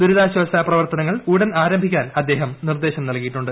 ദുരിതാശ്വാസ പ്രവർത്തനങ്ങൾ ഉടൻ ആരംഭിക്കാൻ അദ്ദേഹം നിർദ്ദേശം നല്കിയിട്ടുണ്ട്